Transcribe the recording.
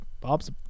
bob's